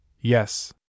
Yes